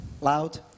loud